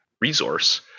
resource